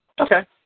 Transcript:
Okay